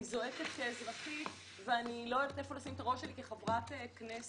אני זועקת כאזרחית ואני לא יודעת איפה לשים את הראש שלי כחברת כנסת.